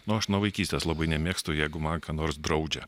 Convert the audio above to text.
nu aš nuo vaikystės labai nemėgstu jeigu man ką nors draudžia